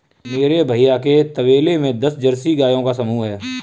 मेरे भैया के तबेले में दस जर्सी गायों का समूह हैं